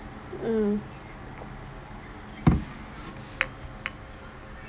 mm